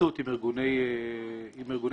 היוועצות עם ארגוני נכים